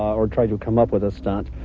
or try to come up with a stunt.